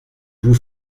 vous